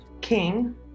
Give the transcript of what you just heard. King